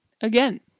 Again